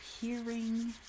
hearing